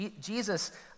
Jesus